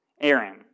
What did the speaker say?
Aaron